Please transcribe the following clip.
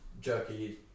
jerky